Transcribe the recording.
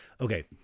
okay